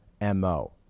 MO